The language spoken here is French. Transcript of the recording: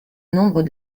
nombre